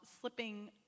slipping